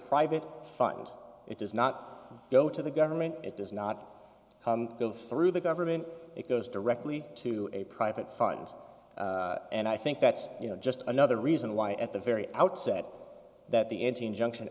private fund it does not go to the government it does not go through the government it goes directly to a private fund and i think that's you know just another reason why at the very outset that the empty injunction